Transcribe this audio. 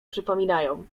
przypominają